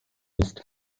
ist